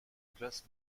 classe